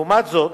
לעומת זאת,